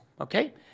okay